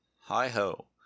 Hi-ho